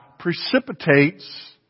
precipitates